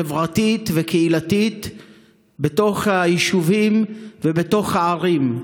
חברתית וקהילתית בתוך היישובים ובתוך הערים.